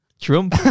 Trump